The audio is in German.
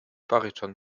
bariton